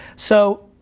so,